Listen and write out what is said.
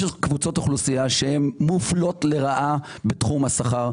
קבוצות אוכלוסייה שהן מופלות לרעה בתחום השכר.